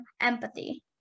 empathy